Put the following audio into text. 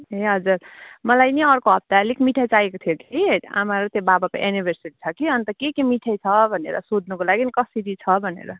ए हजुर मलाई नि अर्को हप्ता अलिक मिठाई चाहिएको थियो कि आमा र त्यो बाबाको एनिभर्सरी छ कि अन्त के के मिठाई छ भनेर सोध्नुको लागि नि कसरी छ भनेर